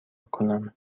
کنم